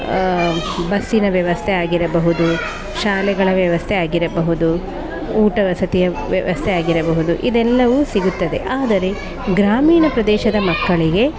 ಬಸ್ಸಿನ ವ್ಯವಸ್ಥೆ ಆಗಿರಬಹುದು ಶಾಲೆಗಳ ವ್ಯವಸ್ಥೆ ಆಗಿರಬಹುದು ಊಟ ವಸತಿಯ ವ್ಯವಸ್ಥೆ ಆಗಿರಬಹುದು ಇದೆಲ್ಲವು ಸಿಗುತ್ತದೆ ಆದರೆ ಗ್ರಾಮೀಣ ಪ್ರದೇಶದ ಮಕ್ಕಳಿಗೆ